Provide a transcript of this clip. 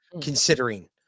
considering